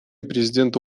президента